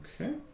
Okay